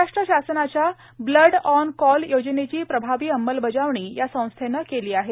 महाराष्ट्र शासनाच्या blood on call योजनेची प्रभावी अंमलबजावणी या संस्थेने केली आहे